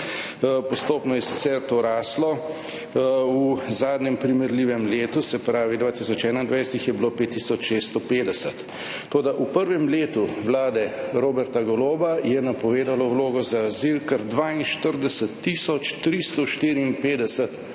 postopno je sicer to raslo, v zadnjem primerljivem letu, se pravi 2021, jih je bilo 5 tisoč 650, toda v prvem letu vlade Roberta Goloba je napovedalo vlogo za azil kar 42